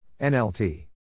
NLT